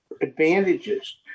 advantages